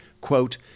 quote